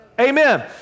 Amen